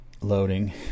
loading